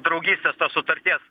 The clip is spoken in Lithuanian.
draugystės sutarties